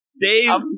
Dave